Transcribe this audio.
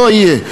לא יהיה.